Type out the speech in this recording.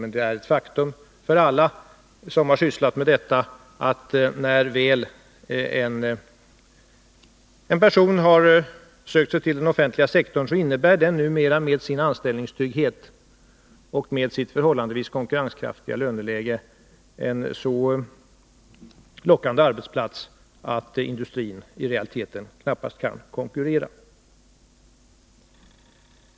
Men det framstår som ett faktum för alla som har sysslat med detta att när en person väl har sökt sig till den offentliga sektorn innebär det numera, med anställningstryggheten och det förhållandevis konkurrenskraftiga löneläget, att arbetsplatsen där är så pass lockande att industrin i realiteten knappast kan konkurrera.